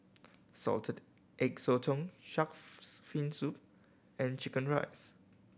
Salted Egg Sotong Shark's Fin Soup and chicken rice